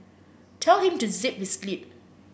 tell him to zip his lip